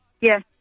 Yes